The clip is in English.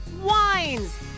wines